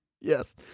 Yes